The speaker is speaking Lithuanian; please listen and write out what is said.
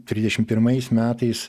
trisdešim pirmais metais